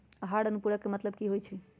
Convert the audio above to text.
आहार अनुपूरक के मतलब की होइ छई?